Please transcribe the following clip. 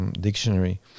dictionary